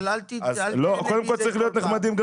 אבל --- צריכים להיות נחמדים גם